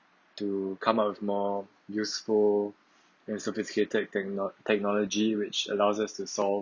to come up with more useful and sophisticated techno~ technology which allows us to solve